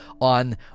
on